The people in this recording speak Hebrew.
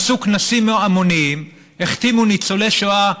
הם עשו כנסים המוניים, החתימו ניצולי שואה,